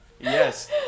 yes